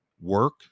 work